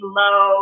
low